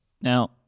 now